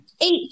eight